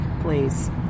Please